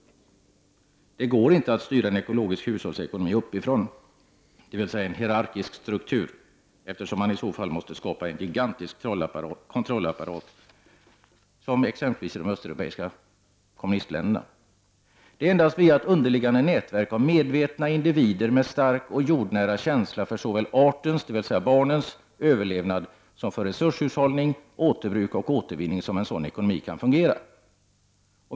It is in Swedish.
Det går inte att styra en ekologisk hushållsekonomi uppifrån — dvs. i en hierarkisk struktur — eftersom man i så fall måste skapa en gigantisk kontrollapparat, såsom i de östeuropeiska kommunistländerna. Det är endast via ett underliggande nätverk av medvetna individer med stark och jordnära känsla för såväl artens — dvs. barnens — överlevnad som för resurshushållning, återbruk och återvinning som en sådan ekonomi kan fungera.